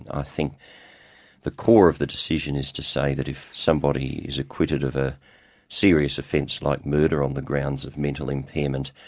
ah think the core of the decision is to say that if somebody is acquitted of a serious offence like murder on the grounds of mental impairment,